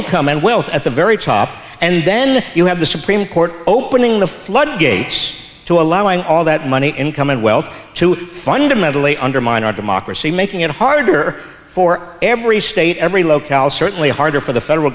income and wealth at the very top and then you have the supreme court opening the floodgates to allowing all that money income and wealth to fundamentally undermine our democracy making it harder for every state every locale certainly harder for the federal